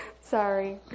Sorry